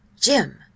jim